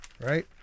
right